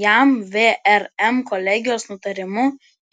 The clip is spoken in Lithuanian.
jam vrm kolegijos nutarimu